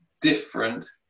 different